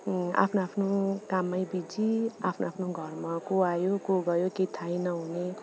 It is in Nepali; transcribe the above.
आफ्नो आफ्नो काममै बिजी आफ्नो आफ्नो घरमा को आयो को गयो केही थाहै नहुने